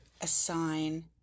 assign